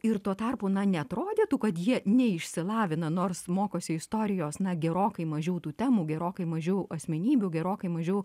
ir tuo tarpu na neatrodytų kad jie neišsilavina nors mokosi istorijos na gerokai mažiau tų temų gerokai mažiau asmenybių gerokai mažiau